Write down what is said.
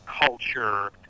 culture